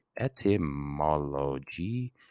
Etymology